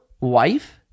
wife